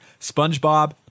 Spongebob